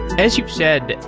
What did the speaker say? as you've said,